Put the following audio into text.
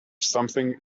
something